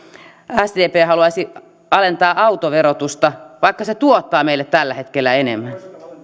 sdp haluaisi alentaa autoverotusta vaikka se tuottaa meille tällä hetkellä enemmän